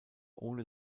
ohne